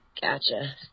gotcha